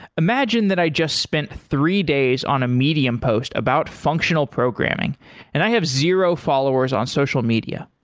imagine that i just spent three days on a medium post about functional programming and i have zero followers on social media.